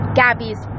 gabby's